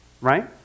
Right